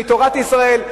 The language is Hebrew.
מתורת ישראל.